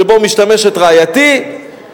שבו משתמשת רעייתי,